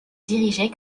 diriger